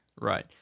Right